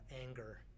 anger